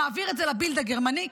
מעביר את זה לבילד הגרמני,